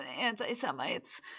anti-Semites